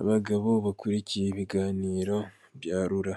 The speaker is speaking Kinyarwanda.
Abagabo bakurikiye ibiiganiro bya rura